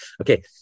Okay